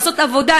לעשות עבודה,